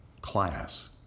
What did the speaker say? class